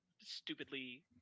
stupidly